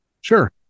Sure